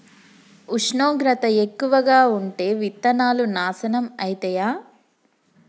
ఉష్ణోగ్రత ఎక్కువగా ఉంటే విత్తనాలు నాశనం ఐతయా?